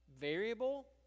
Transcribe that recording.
variable